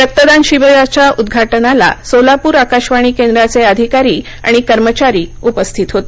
रक्तदान शिबिराच्या उद्घाटनाला सोलापूर आकाशवाणी केंद्राचे अधिकारी आणि कर्मचारी उपस्थित होते